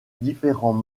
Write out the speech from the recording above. différents